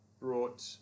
brought